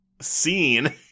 scene